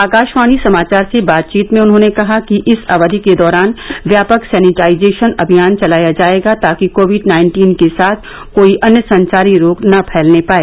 आकाशवाणी समाचार से बातचीत में उन्होंने कहा कि इस अवधि के दौरान व्यापक सेनिटाइजेशन अभियान चलाया जायेगा ताकि कोविड नाइन्टीन के साथ कोई अन्य संचारी रोग न फैलने पाए